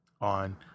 on